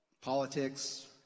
Politics